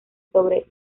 sobre